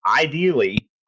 ideally